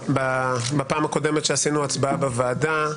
בפעם הקודמת שעשינו הצבעה בוועדה,